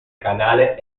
canale